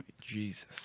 Jesus